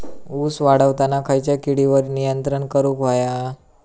ऊस वाढताना खयच्या किडींवर नियंत्रण करुक व्हया?